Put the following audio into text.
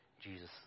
Jesus